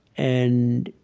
and